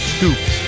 Scoops